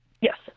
Yes